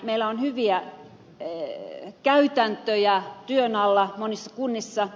meillä on hyviä käytäntöjä työn alla monissa kunnissa